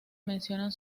mencionan